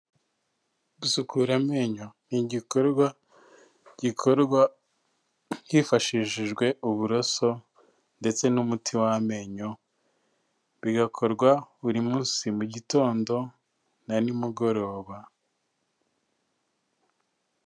Gusukura amenyo ni igikorwa gikorwa hifashishijwe uburaso ndetse n'umuti w'amenyo, bigakorwa buri munsi mu gitondo na nimugoroba.